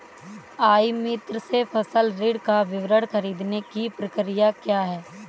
ई मित्र से फसल ऋण का विवरण ख़रीदने की प्रक्रिया क्या है?